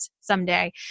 someday